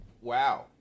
Wow